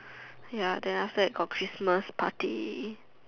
ya then after that got Christmas party